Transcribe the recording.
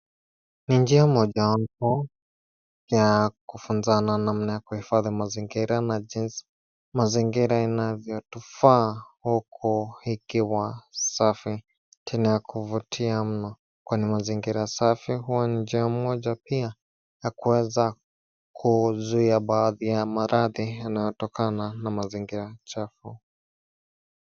Ni njia mojawapo ya kufunza namna ya kuhifadhi mazingira na jinsi mazingira yanavyotufaa huku ikiwa safi tena ya kuvutia mno, kwani mazingira safi huwa ni njia moja pia ya kuweza kuzuia baadhi ya maradhi yanayotokana na mazingira chafu.